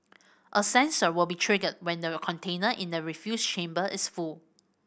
a sensor will be triggered when the container in the refuse chamber is full